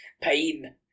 Pain